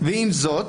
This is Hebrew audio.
עם זאת,